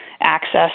access